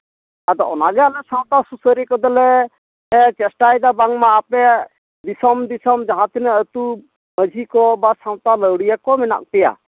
ᱟᱫᱚ ᱚᱱᱟ ᱜᱮ ᱟᱞᱮ ᱥᱟᱶᱛᱟ ᱥᱩᱥᱟᱹᱨᱤᱭᱟᱹ ᱠᱚᱫᱚᱞᱮ ᱪᱮᱥᱴᱟᱭᱫᱟ ᱵᱟᱝᱢᱟ ᱟᱯᱮ ᱫᱤᱥᱚᱢ ᱫᱤᱥᱚᱢ ᱡᱟᱦᱟᱸᱛᱤᱱᱟᱹᱜ ᱟᱹᱛᱩ ᱢᱟᱹᱡᱷᱤ ᱠᱚ ᱵᱟ ᱥᱟᱶᱛᱟ ᱞᱟᱹᱣᱲᱤᱭᱟᱹ ᱠᱚ ᱢᱮᱱᱟᱜ ᱯᱮᱭᱟ